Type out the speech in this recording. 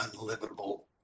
unlivable